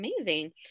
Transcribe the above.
amazing